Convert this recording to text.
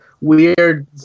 weird